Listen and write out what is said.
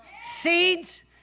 Seeds